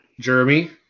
Jeremy